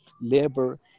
labor